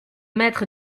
mettre